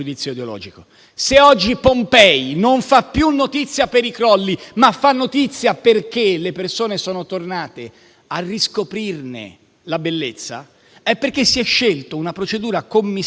Se oggi Pompei non fa più notizia per i crolli, ma fa notizia perché le persone sono tornate a riscoprirne la bellezza, è perché si è scelta una procedura commissariale